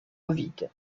ovide